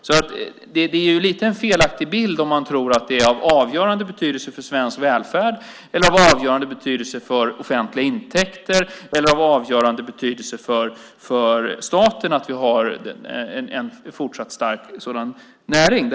Det är lite grann en felaktig bild om man tror att det är av avgörande betydelse för svensk välfärd eller av avgörande betydelse för offentliga intäkter eller av avgörande betydelse för staten att vi har en fortsatt stark sådan näring.